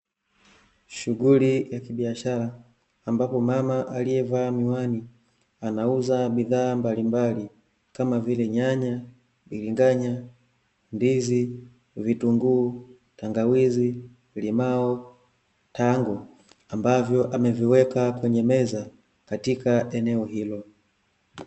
Shughuli ya kibiashara ambapo mama aliyevaa miwani, anauza bidhaa mbalimbali, kama vile nyanya, biringanya, ndizi, vitunguu, tangawizi, limao, tango, ambavyo ameviweka kwenye meza, katika eneo hilo.